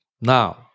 Now